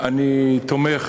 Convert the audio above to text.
אני תומך